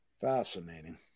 fascinating